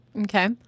Okay